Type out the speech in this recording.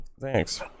thanks